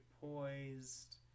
poised